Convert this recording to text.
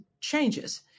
changes